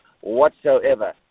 whatsoever